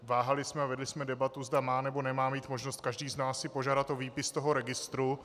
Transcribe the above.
Váhali jsme a vedli jsme debatu, zda má, nebo nemá mít možnost každý z nás si požádat o výpis z toho registru.